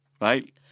Right